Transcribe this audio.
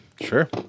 Sure